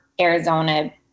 Arizona